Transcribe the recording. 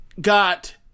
got